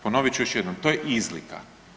Ponovit ću još jednom to je izlika.